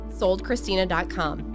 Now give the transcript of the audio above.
soldchristina.com